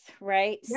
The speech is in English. right